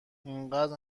اینقد